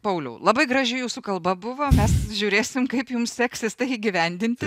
pauliau labai graži jūsų kalba buvo mes žiūrėsim kaip jums seksis tai įgyvendinti